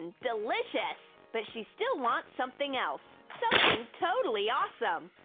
and delicious! but she still wants something else! something totally awesome!